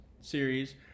series